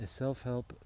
self-help